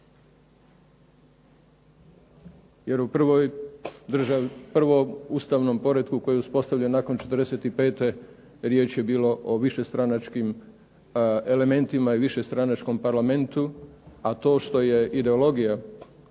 Jer u prvom ustavnom poretku koji je uspostavljen nakon '45. riječ je bilo o višestranačkim elementima i višestranačkom parlamentu, a to što je ideologija